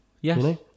Yes